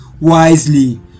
wisely